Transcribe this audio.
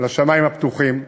על שמים הפתוחים,